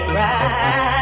right